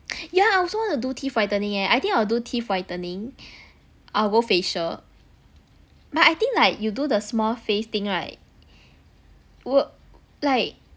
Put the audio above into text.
yeah I also want to do teeth whitening eh I think I will do teeth whitening I'll go facial but I think like you do the small face thing right wil~ like